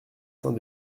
saint